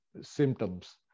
symptoms